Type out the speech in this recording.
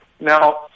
Now